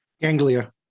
Ganglia